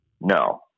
No